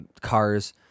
cars